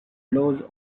laws